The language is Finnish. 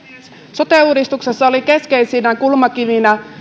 sote uudistuksessa olivat keskeisinä kulmakivinä